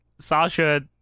Sasha